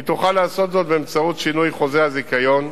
היא תוכל לעשות זאת באמצעות שינוי חוזה הזיכיון,